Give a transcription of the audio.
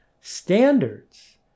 Standards